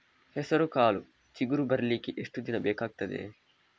ಹೆಸರುಕಾಳು ಚಿಗುರು ಬರ್ಲಿಕ್ಕೆ ಎಷ್ಟು ದಿನ ಬೇಕಗ್ತಾದೆ?